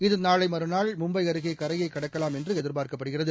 இது நாளைமறுநாள் மும்பைஅருகேகரையைகடக்கலாம் என்றுஎதிர்பார்க்கப்படுகிறது